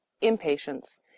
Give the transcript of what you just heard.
Impatience